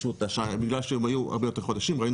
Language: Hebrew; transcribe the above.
פשוט בגלל שהם היו הרבה יותר חודשים ראינו